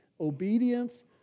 obedience